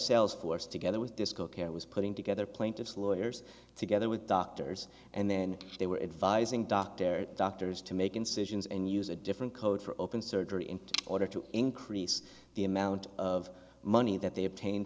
sales force together with disco care was putting together plaintiff's lawyers together with doctors and then they were advising dr doctors to make incisions and use a different code for open surgery in order to increase the amount of money that they obtain